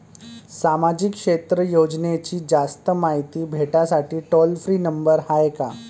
सामाजिक क्षेत्र योजनेची जास्त मायती भेटासाठी टोल फ्री नंबर हाय का?